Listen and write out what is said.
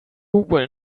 will